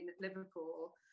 Liverpool